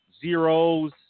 zeros